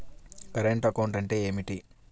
Current account అంటే ఏమిటి?